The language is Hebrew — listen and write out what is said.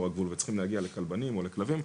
הגבול וצריכים להגיע לכלבנים או לכלבים,